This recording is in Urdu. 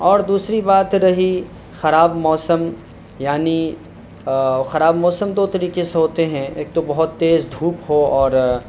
اور دوسری بات رہی خراب موسم یعنی خراب موسم دو طریقے سے ہوتے ہیں ایک تو بہت تیز دھوپ ہو اور